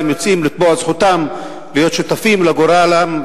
יוצאים לתבוע את זכותם להיות שותפים לגורלם,